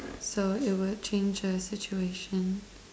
so it would change the situation